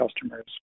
customers